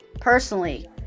personally